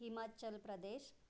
Himachal Pradesh